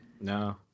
No